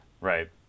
Right